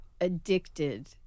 addicted